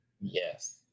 Yes